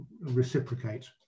reciprocate